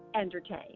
entertain